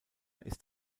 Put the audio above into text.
ist